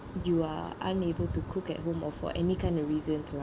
you are unable to cook at home or for any kind of reason